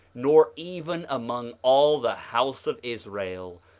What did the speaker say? nor even among all the house of israel,